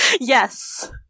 Yes